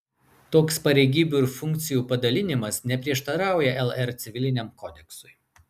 toks pareigybių ir funkcijų padalinimas neprieštarauja lr civiliniam kodeksui